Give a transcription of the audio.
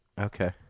Okay